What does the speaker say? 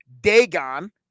Dagon